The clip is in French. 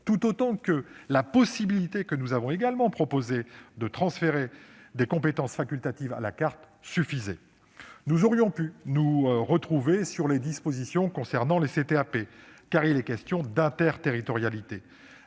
ainsi que la possibilité, que nous avons également proposée, de transférer des compétences facultatives à la carte suffisaient. Nous aurions pu nous retrouver sur les dispositions concernant les CTAP, car il s'agit d'interterritorialité,